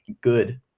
good